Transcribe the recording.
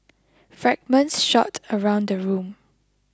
fragments shot around the room